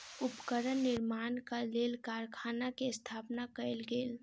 उपकरण निर्माणक लेल कारखाना के स्थापना कयल गेल